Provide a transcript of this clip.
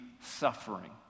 suffering